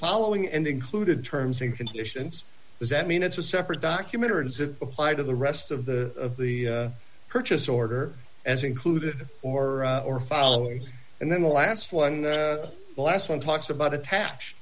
following and included terms and conditions does that mean it's a separate document or does it apply to the rest of the of the purchase order as included or or following and then the last one the last one talks about attached